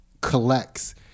collects